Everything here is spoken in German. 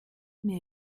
mir